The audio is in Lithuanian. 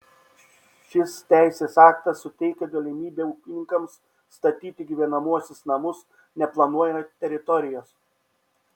šis teisės aktas suteikia galimybę ūkininkams statyti gyvenamuosius namus neplanuojant teritorijos